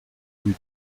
rue